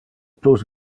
plus